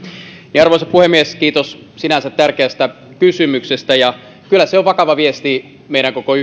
arvoisa puhemies kiitos sinänsä tärkeästä kysymyksestä kyllä se on vakava viesti meidän koko